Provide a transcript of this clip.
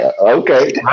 okay